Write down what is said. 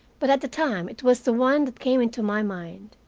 but at the time it was the one that came into my mind.